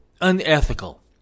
unethical